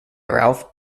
ralph